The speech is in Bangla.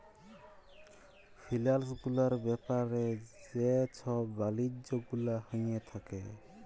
ফিলালস গুলার ব্যাপারে যে ছব বালিজ্য গুলা হঁয়ে থ্যাকে